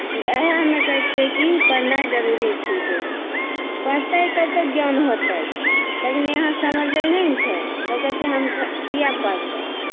इएह हमे कहै छियै कि पढ़नाइ जरूरी छिकै पढ़तै तब तऽ ज्ञान होतै लेकिन यहाॅं समझै नहि ने छै सोचै छै हम किए पढ़तै